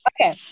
Okay